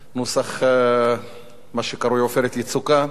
נוסח מה שקרוי "עופרת יצוקה".